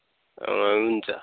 हुन्छ